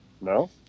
No